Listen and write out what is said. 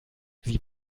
sie